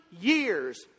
years